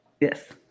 Yes